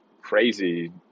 crazy